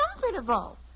comfortable